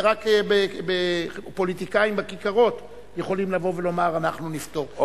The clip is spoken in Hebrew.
זה רק פוליטיקאים בכיכרות יכולים לומר: אנחנו נפתור,